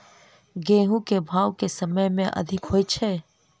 गेंहूँ केँ भाउ केँ समय मे अधिक होइ छै?